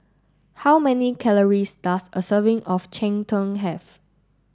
how many calories does a serving of Cheng Tng have